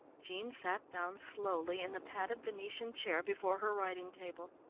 jean sat down slowly in the padded venetian chair before her writing table.